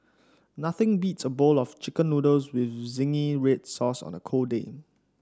nothing beats a bowl of chicken noodles with zingy red sauce on a cold day